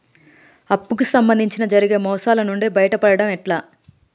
అప్పు కు సంబంధించి జరిగే మోసాలు నుండి బయటపడడం ఎట్లా?